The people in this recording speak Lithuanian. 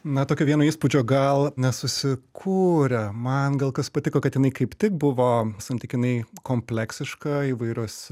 na tokio vieno įspūdžio gal nesusikūrė man gal kas patiko kad jinai kaip tik buvo santykinai kompleksiška įvairiuose